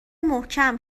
محکم